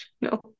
No